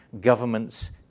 governments